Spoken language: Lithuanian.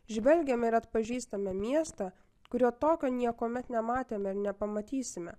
žvelgiame ir atpažįstame miestą kurio tokio niekuomet nematėme ir nepamatysime